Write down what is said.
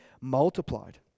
multiplied